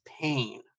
pain